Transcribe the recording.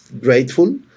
grateful